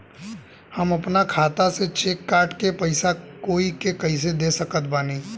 हम अपना खाता से चेक काट के पैसा कोई के कैसे दे सकत बानी?